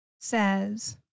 says